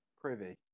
Privy